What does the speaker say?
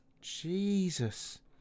Jesus